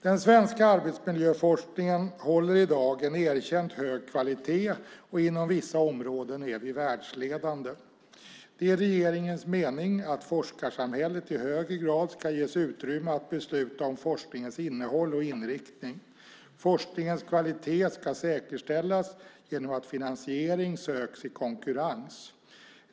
Den svenska arbetsmiljöforskningen håller i dag en erkänt hög kvalitet, och inom vissa områden är vi världsledande. Det är regeringens mening att forskarsamhället i högre grad ska ges utrymme att besluta om forskningens innehåll och inriktning. Forskningens kvalitet ska säkerställas genom att finansiering söks i konkurrens.